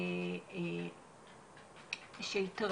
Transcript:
אלה נערים בעיקר, ילדים.